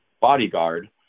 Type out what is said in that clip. bodyguard